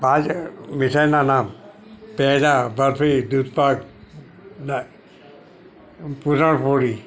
પાંચ મીઠાઈનાં નામ પહેલાં બરફી દૂધપાક ના પૂરણ પોળી